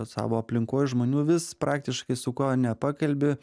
savo aplinkoj žmonių vis praktiškai su kuo nepakalbi